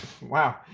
Wow